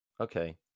Okay